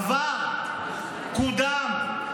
עבר, קודם.